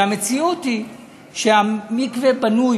והמציאות היא שהמקווה בנוי,